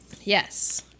Yes